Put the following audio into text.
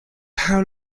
how